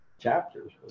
chapters